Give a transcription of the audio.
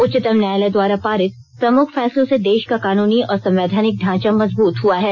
उच्चतम न्यायालय द्वारा पारित प्रमुख फैसलों से देश का कानूनी और संवैधानिक ढांचा मजबूत हुआ है